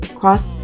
cross